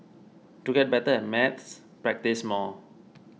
to get better at maths practise more